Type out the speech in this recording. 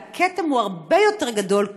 והכתם הוא הרבה יותר גדול,